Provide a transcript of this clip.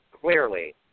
clearly